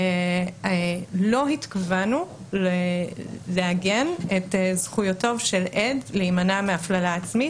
לא התכוונו לעגן את זכויותיו של עד להימנע מהפללה עצמית.